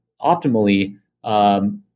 optimally